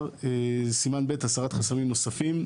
בבקשה.